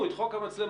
כתוב בחוק המצלמות,